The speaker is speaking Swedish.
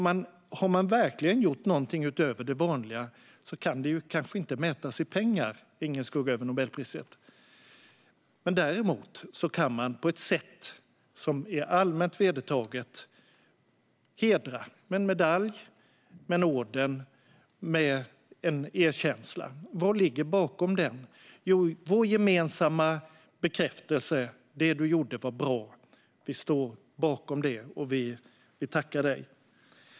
Har man verkligen gjort någonting utöver det vanliga kan det kanske inte mätas i pengar - ingen skugga över Nobelpriset. Däremot kan man på ett sätt som är allmänt vedertaget hedra med en medalj, med en orden, med en erkänsla. Vad ligger bakom detta? Jo, vår gemensamma bekräftelse att det du gjorde var bra, att vi står bakom det och vill tacka dig.